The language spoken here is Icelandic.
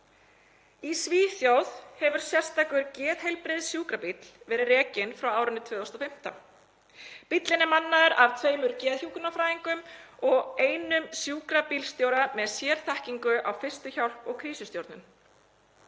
Í Svíþjóð hefur sérstakur geðheilbrigðissjúkrabíll verið rekinn frá árinu 2015. Bíllinn er mannaður af tveimur geðhjúkrunarfræðingum og einum sjúkrabílstjóra með sérþekkingu á fyrstu hjálp og krísustjórnun.